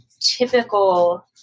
typical